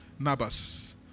Nabas